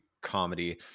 comedy